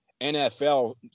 NFL